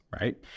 right